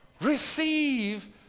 receive